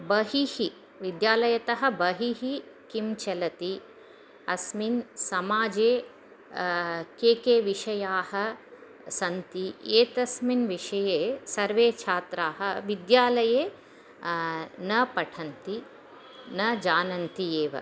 बहिः विद्यालयतः बहिः किं चलति अस्मिन् समाजे के के विषयाः सन्ति एतस्मिन् विषये सर्वे छात्राः विद्यालये न पठन्ति न जानन्ति एव